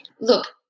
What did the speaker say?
Look